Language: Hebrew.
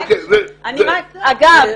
אגב,